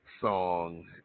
song